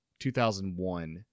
2001